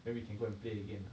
then we can go and play again ah